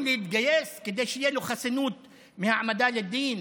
להתגייס כדי שתהיה לו חסינות מהעמדה לדין